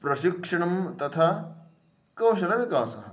प्रशिक्षणं तथा कौशलविकासः